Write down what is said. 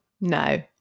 No